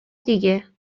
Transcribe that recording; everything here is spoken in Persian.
دیگه